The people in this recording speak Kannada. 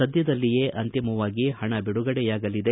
ಸದ್ಯದಲ್ಲಿಯೇ ಅಂತಿಮವಾಗಿ ಹಣ ಬಿಡುಗಡೆಯಾಗಲಿದೆ